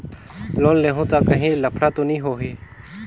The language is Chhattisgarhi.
लोन लेहूं ता काहीं लफड़ा तो नी होहि?